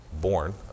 born